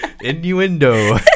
Innuendo